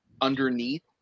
underneath